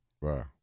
Right